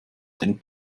den